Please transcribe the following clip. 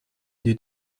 due